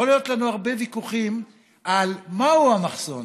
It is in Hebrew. יכולים להיות לנו הרבה ויכוחים על מהו המחסום,